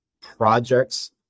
projects